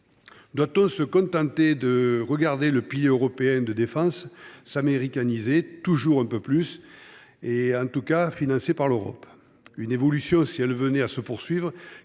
Doit on se contenter de regarder le pilier européen de défense s’américaniser, toujours un peu plus, tout en étant financé par l’Europe ? Cette évolution, si elle venait à se poursuivre,